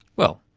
well,